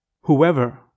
whoever